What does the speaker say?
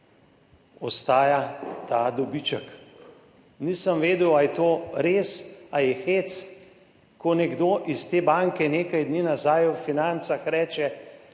ostaja ta dobiček. Nisem vedel, ali je to res ali je hec, ko nekdo iz te banke nekaj dni nazaj v Financah reče,